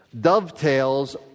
dovetails